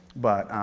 but